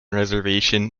reservation